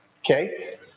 Okay